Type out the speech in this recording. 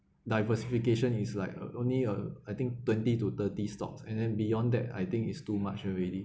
diversification is like uh only uh I think twenty to thirty stocks and then beyond that I think is too much already